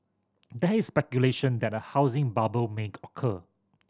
there is speculation that a housing bubble may occur